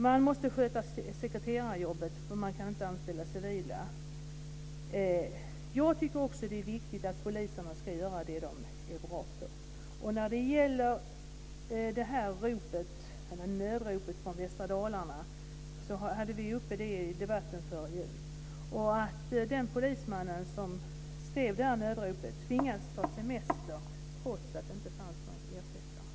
Man måste sköta sekreterarjobbet, för man kan inte anställa civila. Jag tycker också att det är viktigt att poliserna ska göra det som de är bra på. Vi hade nödropet från västra Dalarna uppe i debatten före jul. Den polisman som skrev nödropet tvingades ta semester trots att det inte fanns någon ersättare.